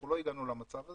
אנחנו לא הגענו למצב הזה,